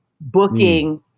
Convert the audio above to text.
booking